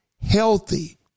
healthy